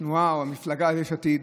התנועה או המפלגה יש עתיד.